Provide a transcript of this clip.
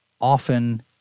often